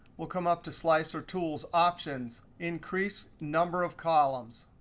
we'll come up to slicer tools, options, increase number of columns.